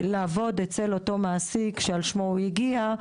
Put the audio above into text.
לעבוד אצל אותו מעסיק שעל שמו הוא הגיע,